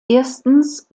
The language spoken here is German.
erstens